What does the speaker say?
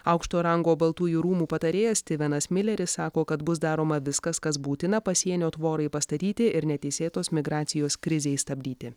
aukšto rango baltųjų rūmų patarėjas stivenas mileris sako kad bus daroma viskas kas būtina pasienio tvorai pastatyti ir neteisėtos migracijos krizei stabdyti